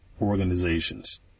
organizations